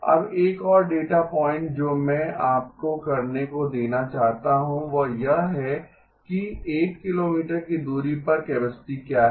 अब एक और डेटा पॉइंट जो मैं आपको करने को देना चाहता हूं वह यह है कि 1 किलोमीटर की दूरी पर कैपेसिटी क्या है